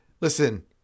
listen